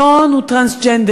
שון הוא טרנסג'נדר.